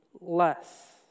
less